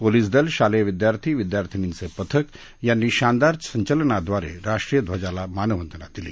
police दल शालेय विद्यार्थी विद्यार्थींनीचे पथक यांनी शानदार संचलनाव्दारे राष्ट्रीयध्वजाला मानवंदना दिली